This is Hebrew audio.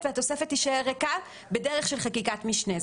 והתוספת תישאר ריקה בדרך של חקיקת משנה,